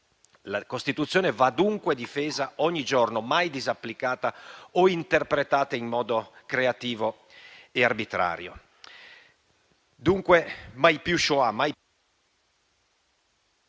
La Costituzione va dunque difesa ogni giorno, mai disapplicata o interpretata in modo creativo e arbitrario.